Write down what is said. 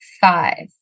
five